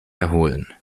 erholen